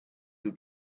who